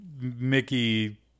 Mickey